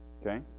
Okay